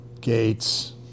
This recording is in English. Gates